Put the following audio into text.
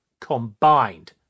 combined